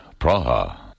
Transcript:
Praha